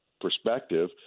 perspective